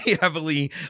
heavily